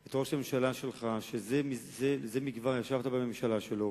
את ראש הממשלה שלך, שזה לא כבר ישבת בממשלה שלו.